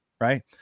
right